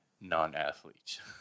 non-athletes